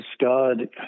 God